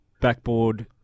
backboard